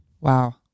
Wow